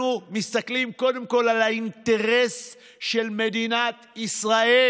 אנחנו מסתכלים קודם כול על האינטרס של מדינת ישראל.